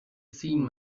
seen